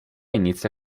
inizia